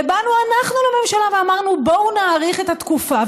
ובאנו אנחנו לממשלה ואמרנו: בואו נאריך את התקופה.